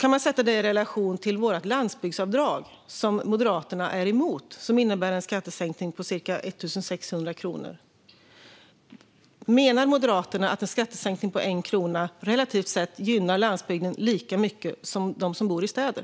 Man kan ställa detta i relation till vårt landsbygdsavdrag, som Moderaterna är emot. Det innebär en skattesänkning på ca 1 600 kronor. Menar Moderaterna att en skattesänkning med 1 krona relativt sett gynnar dem som bor på landsbygden lika mycket som dem som bor i städer?